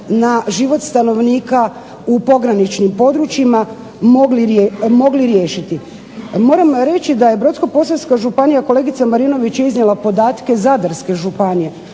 na život stanovnika u pograničnim područjima mogli riješiti. Moram reći da je Brodsko-posavska županija, kolegica Marinović je iznijela podatke Zadarske županije,